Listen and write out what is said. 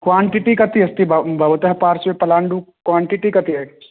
quantity कति अस्ति भवतः पार्श्वे पलाण्डुः क्वान्टिटि कति अस्ति